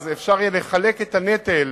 אפשר יהיה לחלק את הנטל